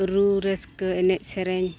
ᱨᱩ ᱨᱟᱹᱥᱠᱟᱹ ᱮᱱᱮᱡ ᱥᱮᱨᱮᱧ